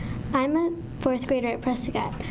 i'm a fourth grader at prescott.